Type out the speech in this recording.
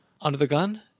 Under-the-gun